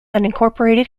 unincorporated